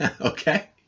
okay